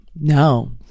No